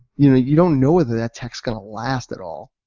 you know you don't know whether that tech is going to last at all.